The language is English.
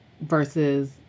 versus